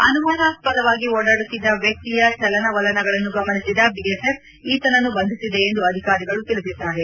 ಅನುಮಾನಾಸ್ವದವಾಗಿ ಓಡಾಡುತ್ತಿದ್ದ ವ್ಯಕ್ತಿಯ ಚಲನವಲನಗಳನ್ನು ಗಮನಿಸಿದ ಬಿಎಸ್ಎಫ್ ಈತನನ್ನು ಬಂಧಿಸಿದೆ ಎಂದು ಅಧಿಕಾರಿಗಳು ತಿಳಿಸಿದ್ದಾರೆ